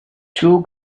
two